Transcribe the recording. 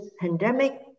pandemic